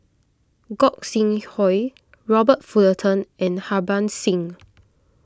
Gog Sing Hooi Robert Fullerton and Harbans Singh